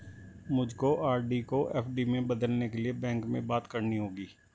मुझको आर.डी को एफ.डी में बदलने के लिए बैंक में बात करनी होगी